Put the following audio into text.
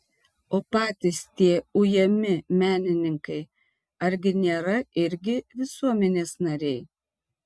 o patys tie ujami menininkai argi nėra irgi visuomenės nariai